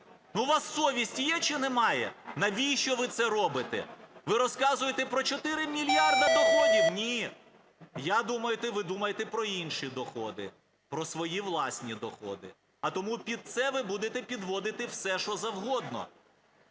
у вас совість є чи нема? Навіщо ви це робите? Ви розказуєте про 4 мільярди доходів. Ні, я думаю, ви думаєте про інші доходи – про свої власні доходи, а тому під це ви будете підводити все, що завгодно.